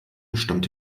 bestand